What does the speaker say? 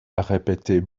répétait